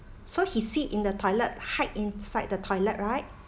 so he sit in the toilet hide inside the toilet right